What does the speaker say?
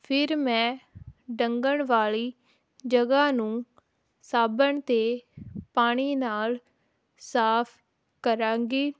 ਫਿਰ ਮੈਂ ਡੰਗਣ ਵਾਲੀ ਜਗ੍ਹਾ ਨੂੰ ਸਾਬਣ ਅਤੇ ਪਾਣੀ ਨਾਲ ਸਾਫ਼ ਕਰਾਂਗੀ